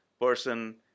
person